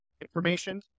information